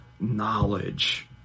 knowledge